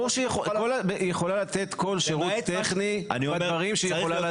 היא יכולה לתת כל שירות טכני בדברים שהיא יכולה לתת.